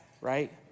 right